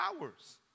hours